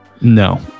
No